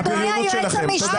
אדוני היועץ המשפטי,